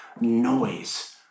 noise